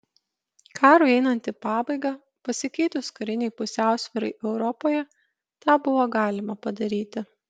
karui einant į pabaigą pasikeitus karinei pusiausvyrai europoje tą buvo galima padaryti